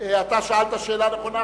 אתה שאלת שאלה נכונה,